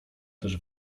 też